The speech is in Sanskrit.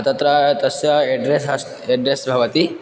तत्र तस्य एड्रेस् अस्ति एड्रेस् भवति